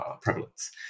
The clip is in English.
prevalence